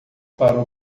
para